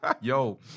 Yo